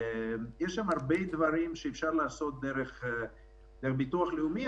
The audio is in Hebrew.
יש שם הרבה דברים שאפשר לעשות דרך ביטוח לאומי.